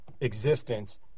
existence